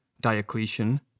Diocletian